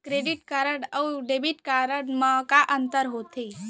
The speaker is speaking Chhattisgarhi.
क्रेडिट कारड अऊ डेबिट कारड मा का अंतर होथे?